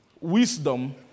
wisdom